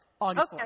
August